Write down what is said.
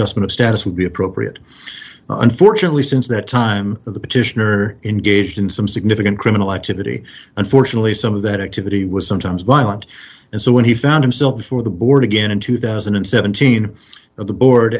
of status would be appropriate unfortunately since that time the petitioner engaged in some significant criminal activity unfortunately some of that activity was sometimes violent and so when he found himself before the board again in two thousand and seventeen the board